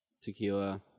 tequila